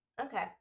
Okay